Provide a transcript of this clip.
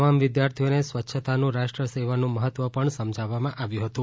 તમામ વિદ્યાર્થીઓને સ્વચ્છતાનું રાષ્ટ્રસેવાનું મહત્વ પણ સમજાવવામાં આવ્યું હતુ